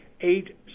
eight